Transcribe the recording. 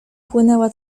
płynęła